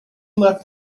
left